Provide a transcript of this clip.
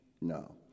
No